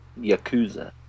Yakuza